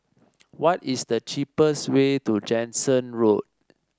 what is the cheapest way to Jansen Road